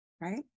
Right